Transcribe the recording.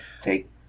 take